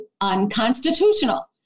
unconstitutional